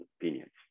opinions